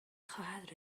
خواهد